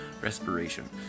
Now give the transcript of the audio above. respiration